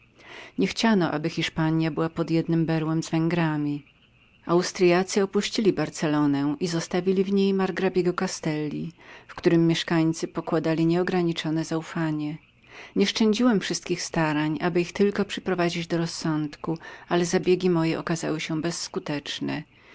arcyksięcia niechciano aby hiszpania była pod jednem berłem z węgrami austryacy opuścili barcelonę i zostawili w niej margrabiego castelli w którym mieszkańcy pokładali nieograniczone zaufanie nieszczędziłem wszelkich starań aby ich tylko przyprowadzić do rozsądku ale zabiegi moje pokazały się bezskutecznemi